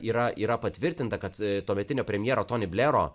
yra yra patvirtinta kad tuometinio premjero tony blero